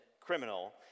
criminal